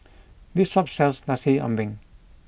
this shop sells Nasi Ambeng